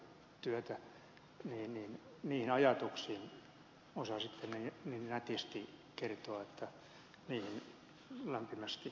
osasitte ne ajatukset niin nätisti kertoa että niihin lämpimästi mielelläni yhdyn